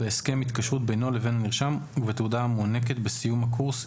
בהסכם התקשרות בינו לבין הנרשם ובתעודה המוענקת בסיום הקורס,